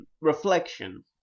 reflection